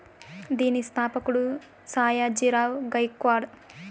దీని స్థాపకుడు సాయాజీ రావ్ గైక్వాడ్